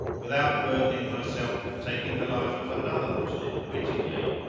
without burdening myself with taking the life of another moslem wittingly?